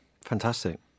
Fantastic